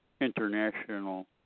International